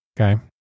okay